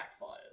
backfires